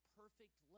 perfect